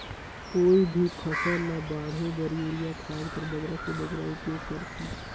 कोई भी फसल ल बाढ़े बर युरिया खाद कर बगरा से बगरा उपयोग कर थें?